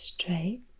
straight